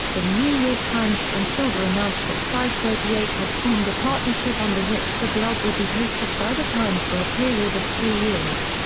the new york times and silver announced that fivethirtyeight had formed a partnership under which the blog would be hosted by the times for a period of three years.